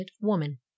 woman